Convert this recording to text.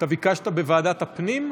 ביקשת בוועדת הפנים?